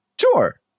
Sure